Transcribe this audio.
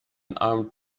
armed